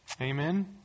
Amen